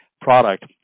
product